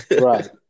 Right